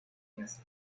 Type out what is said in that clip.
meses